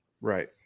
Right